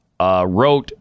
wrote